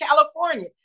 California